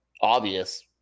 obvious